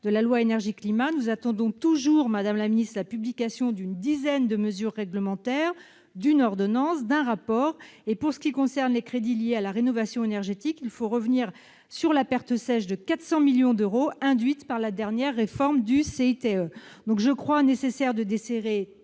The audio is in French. de la loi Énergie-climat, nous attendons toujours la publication d'une dizaine de mesures réglementaires, d'une ordonnance et d'un rapport. Et pour ce qui est des crédits liés à la rénovation énergétique, il faut revenir sur la perte sèche de 400 millions d'euros induite par la dernière réforme du CITE ! Je crois nécessaire de desserrer